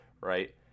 right